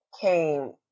came